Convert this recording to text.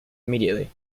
immediately